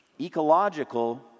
Ecological